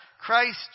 Christ